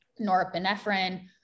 norepinephrine